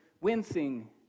wincing